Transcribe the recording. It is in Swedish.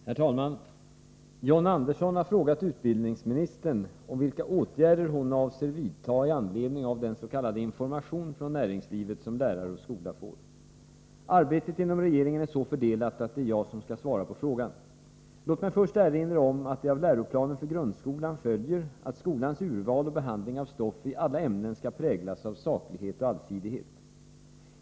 Herr talman! John Andersson har frågat utbildningsministern om vilka åtgärder hon avser vidta i anledning av dens.k. information från näringslivet som lärare och skola får. Arbetet inom regeringen är så fördelat att det är jag som skall svara på frågan. Låt mig först erinra om att det av läroplanen för grundskolan följer att skolans urval och behandling av stoff i alla ämnen skall präglas av saklighet och allsidighet.